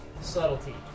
subtlety